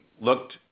looked